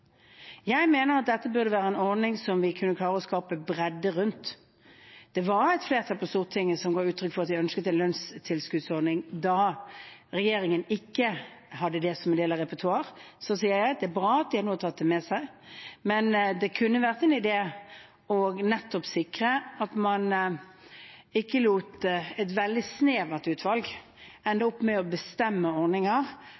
Jeg mener at dette burde være en ordning vi kunne klare å skape bredde rundt. Det var et flertall på Stortinget som ga uttrykk for at vi ønsket en lønnstilskuddsordning da regjeringen ikke hadde det som en del av repertoaret. Så sier jeg at det er bra at de nå har tatt det med seg, men det kunne vært en idé nettopp å sikre at man ikke lot et veldig snevert utvalg